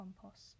compost